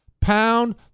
Pound